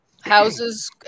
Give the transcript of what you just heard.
houses